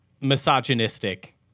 misogynistic